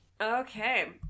Okay